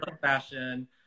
fashion